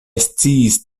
sciis